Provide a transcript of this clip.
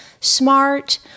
smart